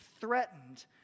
threatened